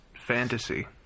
fantasy